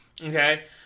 Okay